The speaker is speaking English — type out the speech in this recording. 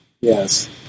yes